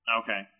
okay